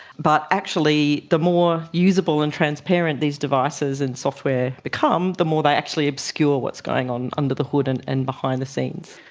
but actually the more usable and transparent these devices and software become, the more they actually obscure what's going on under the hood and and behind the scenes.